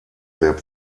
sehr